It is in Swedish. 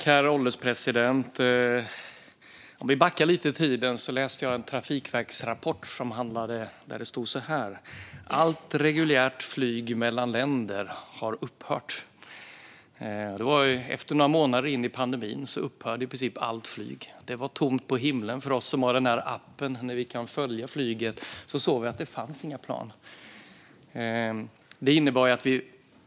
Herr ålderspresident! Låt mig backa lite i tiden till när jag läste en rapport från Trafikverket där det stod: Allt reguljärt flyg mellan länder har upphört. Några månader in i pandemin upphörde ju i princip allt flyg, och det var tomt på skärmen för oss som har den där appen där man kan följa flyget. Det fanns inga plan på himlen.